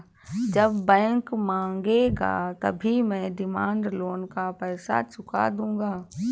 जब बैंक मांगेगा तभी मैं डिमांड लोन का पैसा चुका दूंगा